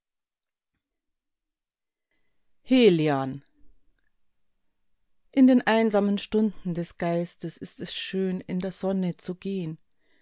in den einsamen stunden des geistes ist es schön in der sonne zu gehn